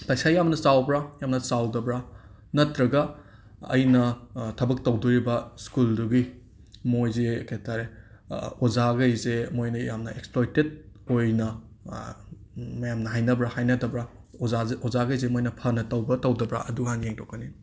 ꯄꯩꯁꯥ ꯌꯥꯝꯅ ꯆꯥꯎꯕ꯭ꯔꯥ ꯌꯥꯝꯅ ꯆꯥꯎꯗꯕ꯭ꯔꯥ ꯅꯠꯇ꯭ꯔꯒ ꯑꯩꯅ ꯊꯕꯛ ꯇꯧꯗꯣꯔꯤꯕ ꯁ꯭ꯀꯨꯜꯗꯨꯒꯤ ꯃꯣꯏꯁꯦ ꯀꯩ ꯍꯥꯏꯇꯥꯔꯦ ꯑꯣꯖꯥꯒꯩꯁꯦ ꯃꯣꯏꯅ ꯌꯥꯝꯅ ꯑꯦꯛꯁꯄ꯭ꯂꯣꯏꯇꯦꯠ ꯑꯣꯏꯅ ꯃꯌꯥꯝꯅ ꯍꯥꯏꯅꯕ꯭ꯔꯥ ꯍꯥꯏꯅꯗꯕ꯭ꯔꯥ ꯑꯣꯖꯥꯖ ꯑꯣꯖꯥꯒꯩꯁꯦ ꯃꯣꯏꯅ ꯐꯅ ꯇꯧꯕ꯭ꯔꯥ ꯇꯧꯗꯕ꯭ꯔꯥ ꯑꯗꯨ ꯍꯥꯟꯅ ꯌꯦꯡꯊꯣꯛꯀꯅꯤ